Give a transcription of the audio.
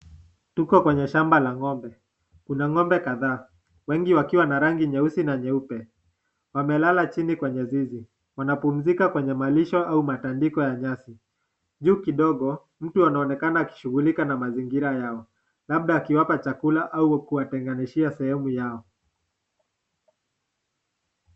Tuko kwenye shamba la ng'ombe. Kuna ng'ombe kadhaa. Wengi wakiwa na rangi nyeusi na nyeupe. Wamelala chini kwenye zizi. Wanapumzika kwenye malisho au matandiko ya nyasi. Juu kidogo mtu anaonekana akishughulika na mazingira yao labda akiwapa chakula au kuwatenganishia sehemu yao.